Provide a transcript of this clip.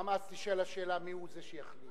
גם אז תישאל השאלה מי הוא שיחליט.